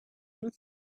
them